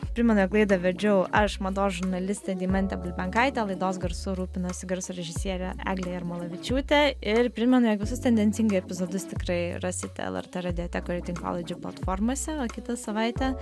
primenu jog laidą vedžiau aš mados žurnalistė deimantė bulbenkaitė laidos garsu rūpinosi garso režisierė eglė jarmolavičiūtė ir primenu jog visus tendencingai epizodus tikrai rasite lrt radiotekoje ir tinklalaidžių platformose o kitą savaitę